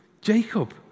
Jacob